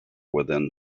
within